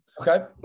Okay